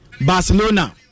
Barcelona